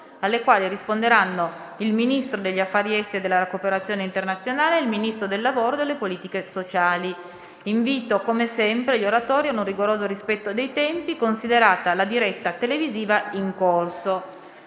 alle quali risponderanno il Ministro degli affari esteri e della cooperazione internazionale e il Ministro del lavoro e delle politiche sociali. Invito gli oratori a un rigoroso rispetto dei tempi, considerata la diretta televisiva in corso.